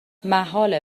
محاله